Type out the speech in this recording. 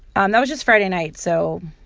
um that was just friday night, so.